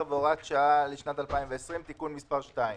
והוראת שעה לשנת 2020) (תיקון מס' 2)